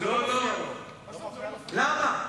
למה?